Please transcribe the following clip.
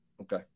Okay